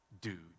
dude